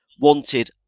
wanted